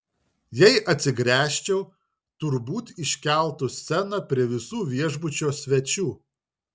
jei atsigręžčiau turbūt iškeltų sceną prie visų viešbučio svečių